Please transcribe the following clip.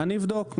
אני אבדוק.